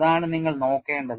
അതാണ് നിങ്ങൾ നോക്കേണ്ടത്